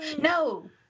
No